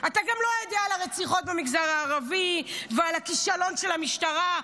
אתה גם לא יודע על הרציחות במגזר הערבי ועל הכישלון של המשטרה,